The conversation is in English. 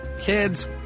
Kids